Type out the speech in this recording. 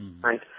right